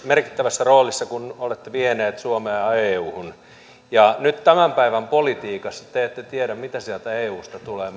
merkittävässä roolissa kun olette vieneet suomea euhun nyt tämän päivän politiikassa te te ette tiedä mitä määräyksiä sieltä eusta tulee